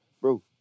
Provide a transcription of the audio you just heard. bro